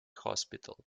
hospital